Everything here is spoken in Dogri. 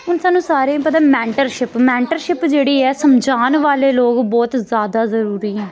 हून सानूं सारें गी पता मैंटरशिप मैंटरशिप जेह्ड़ी ऐ समझान वाले लोक बहुत ज्यादा जरूरी ऐ